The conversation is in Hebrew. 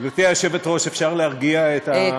גברתי היושבת-ראש, אפשר להרגיע את הקרחנה הזאת שם?